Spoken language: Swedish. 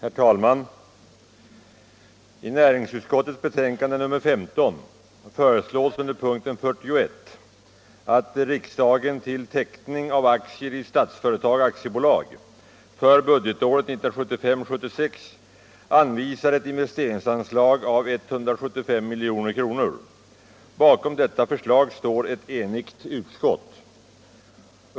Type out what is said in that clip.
Herr talman! I näringsutskottets betänkande nr 15 föreslås under punkten 41 att riksdagen till Teckning av aktier i Statsföretag AB för budgetåret 1975/76 anvisar ett investeringsanslag av 175 000 000 kr. Bakom detta förslag står ett enigt utskott.